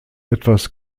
etwas